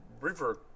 River